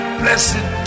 blessed